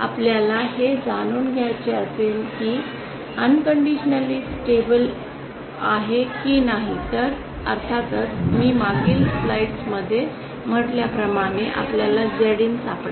आपल्याला हे जाणून घ्यायचे असेल की ते बिनशर्त स्थिर आहे की नाही तर अर्थातच मी मागील स्लाइडमध्ये म्हटल्याप्रमाणे आपल्याला ZIN सापडेल